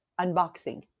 unboxing